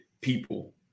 people